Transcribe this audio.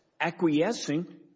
acquiescing